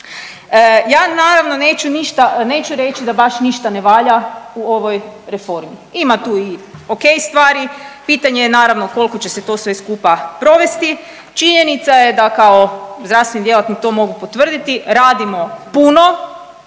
ništa, neću reći da baš ništa ne valja u ovoj reformi, ima tu i okej stvari, pitanje je naravno kolko će se to sve skupa provesti. Činjenica je da kao zdravstveni djelatnik to mogu potvrditi, radimo puno,